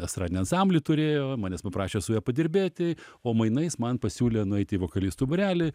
estradinį ansamblį turėjo manęs paprašė su juo padirbėti o mainais man pasiūlė nueiti į vokalistų būrelį